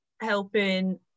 helping